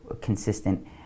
Consistent